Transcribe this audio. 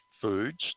foods